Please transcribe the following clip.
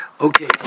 Okay